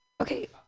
Okay